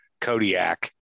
Kodiak